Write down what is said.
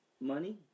Money